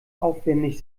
aufwendig